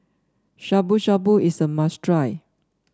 Shabu Shabu is a must try